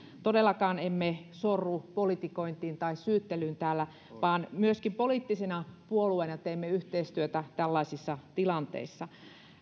todellakaan emme sorru politikointiin tai syyttelyyn täällä vaan myöskin poliittisina puolueina teemme yhteistyötä tällaisissa tilanteissa